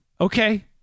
Okay